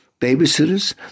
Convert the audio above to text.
babysitters